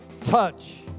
touch